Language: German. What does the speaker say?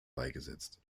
beigesetzt